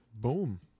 Boom